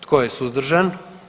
Tko je suzdržan?